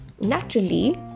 Naturally